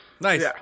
Nice